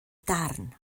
darn